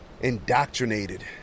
indoctrinated